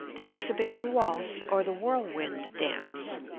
the exhibition waltz or the whirlwind dance.